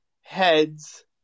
heads